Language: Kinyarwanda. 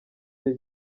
gihe